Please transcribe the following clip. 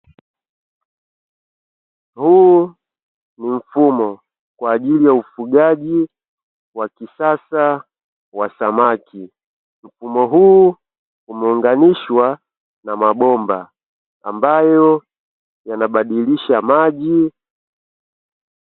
Huu ni mfumo kwa ajili ya ufugaji wa kisasa wa samaki, mfumo huu umeumganishwa na mabomba ambayo yanabadilisha maji.